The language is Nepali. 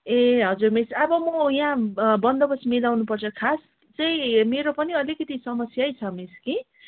ए हजुर मिस अब म यहाँ अब बन्दोबस्त मिलाउनपर्छ खास चाहिँ मेरो पनि अलिकति समस्यै छ कि मिस कि